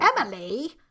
Emily